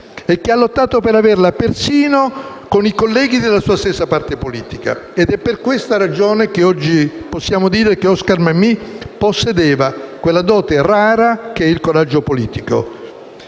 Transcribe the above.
averla, ha lottato persino con i colleghi della sua stessa parte politica. È per questa ragione che oggi possiamo dire che Oscar Mammì possedeva quella dote rara che è il coraggio politico.